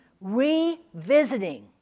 revisiting